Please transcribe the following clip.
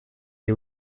des